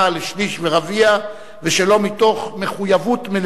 לשליש ולרביע ושלא מתוך מחויבות מלאה.